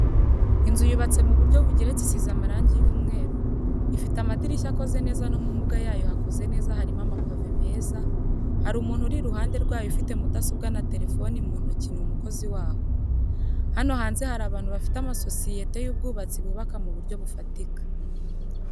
Inzu yubatse mu buryo bugeretse isize amarangi y'umweru, ifite amadirishya akoze neza no mu mbuga yayo hakoze neza harimo amapave meza, hari umuntu uri iruhande rwayo ufite mudasobwa na terefoni mu ntoki n'umukozi waho. Hano hanze hari abantu bafite amasosiyete y'ubwubatsi bubaka mu buryo bufatika.